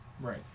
Right